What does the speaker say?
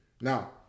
Now